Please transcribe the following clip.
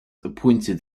appointed